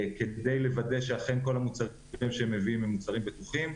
כדי לוודא שאכן כל המוצרים שהם מביאים הם מוצרים בטוחים,